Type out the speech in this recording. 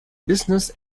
business